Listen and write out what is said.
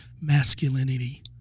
masculinity